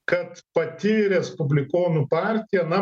kad pati respublikonų partija na